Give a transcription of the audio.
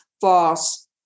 false